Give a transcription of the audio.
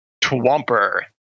Twomper